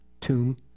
tomb